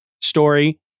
story